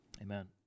Amen